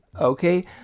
okay